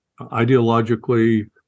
ideologically